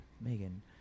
megan